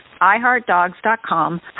iHeartDogs.com